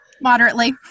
Moderately